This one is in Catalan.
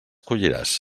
colliràs